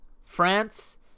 France